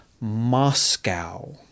Moscow